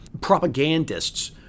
propagandists